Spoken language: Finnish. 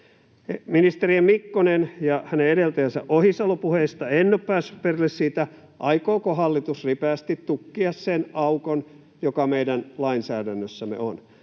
Ministeri Mikkosen ja hänen edeltäjänsä Ohisalon puheista en ole päässyt perille siitä, aikooko hallitus ripeästi tukkia sen aukon, joka meidän lainsäädännössämme